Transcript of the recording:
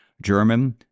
German